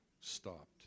stopped